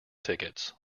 tickets